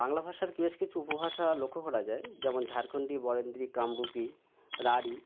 বাংলা ভাষার বেশ কিছু উপভাষা লক্ষ্য করা যায় যেমন ঝাড়খণ্ডী বরেন্দ্রী কামরূপী রাঢ়ি